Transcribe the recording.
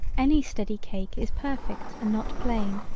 any steady cake is perfect and not plain,